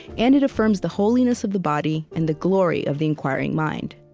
and it affirms the holiness of the body and the glory of the inquiring mind.